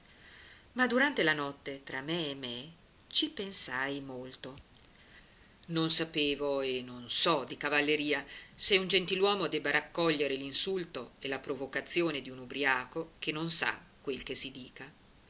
ma durante la notte tra me e me ci pensai molto non sapevo e non so di cavalleria se un gentiluomo debba raccoglier l'insulto e la provocazione di un ubriaco che non sa quel che si dica